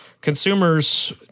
consumers